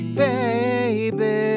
baby